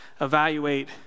evaluate